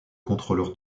contrôleur